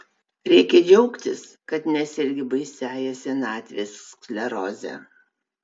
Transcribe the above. reikia džiaugtis kad nesergi baisiąja senatvės skleroze